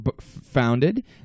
founded